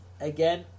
Again